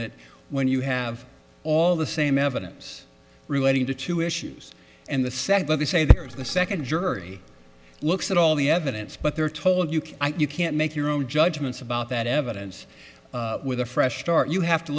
that when you have all the same evidence relating to two issues and the said what they say there is the second jury looks at all the evidence but they're told you can you can't make your own judgments about that evidence with a fresh start you have to